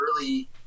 early